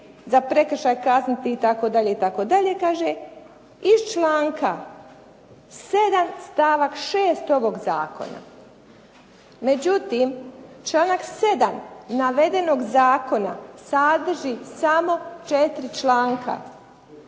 za prekršaj kazniti itd., kaže iz članka 7. stavak 6. ovog zakona. Međutim, članak 7. navedenog zakona sadrži samo četiri članka.